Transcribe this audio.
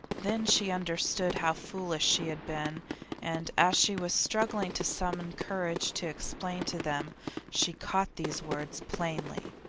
then she understood how foolish she had been and as she was struggling to summon courage to explain to them she caught these words plainly